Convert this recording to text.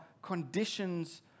conditions